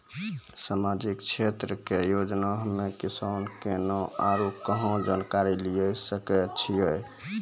समाजिक क्षेत्र के योजना हम्मे किसान केना आरू कहाँ जानकारी लिये सकय छियै?